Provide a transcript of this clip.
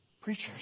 preachers